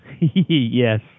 Yes